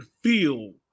feel